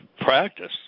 practice